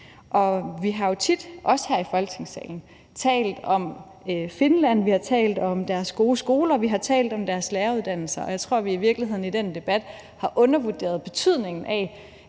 Vi har jo tit – også her i Folketingssalen – talt om Finland. Vi har talt om deres gode skoler, vi har talt om deres læreruddannelser. Og jeg tror, at vi i virkeligheden i den debat har undervurderet, hvad det